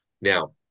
Now